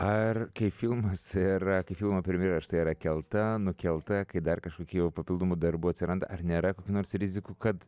ar kai filmas ir kai filmo premjera štai yra kelta nukelta kai dar kažkokių jau papildomų darbų atsiranda ar nėra kokių nors rizikų kad